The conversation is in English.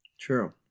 True